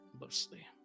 mostly